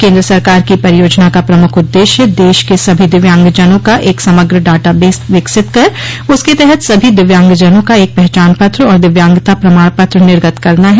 केन्द्र सरकार की परियोजना का प्रमुख उद्देश्य देश के सभी दिव्यांगजनों का एक समग्र डाटा बेस विकसित कर उसके तहत सभी दिव्यांगजनों का एक पहचान पत्र और दिव्यांगता प्रमाण पत्र निर्गत करना है